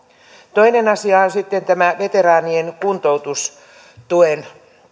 toinen asia on sitten tämä veteraanien kuntoutustuen